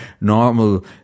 normal